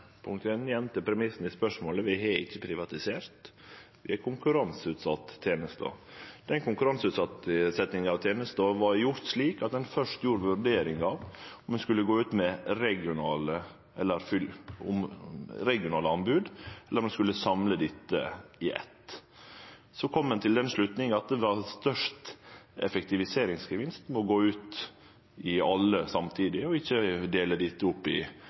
Punkt 1, igjen til premissen i spørsmålet: Vi har ikkje privatisert – vi har konkurranseutsett tenesta. Den konkurranseutsetjinga av tenesta var gjort slik at ein først gjorde vurderingar av om ein skulle gå ut med regionale anbod eller om ein skulle samle dette i eitt. Så kom ein til den slutninga at det gav størst effektiviseringsgevinst å gå ut i alle samtidig og ikkje dele dette opp i